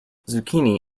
zucchini